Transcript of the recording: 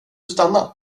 stanna